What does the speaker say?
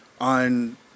on